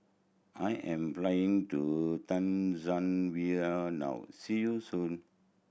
I am flying to Tanzania now see you soon